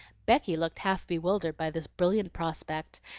becky looked half bewildered by this brilliant prospect,